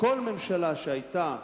שכל ממשלה שהיתה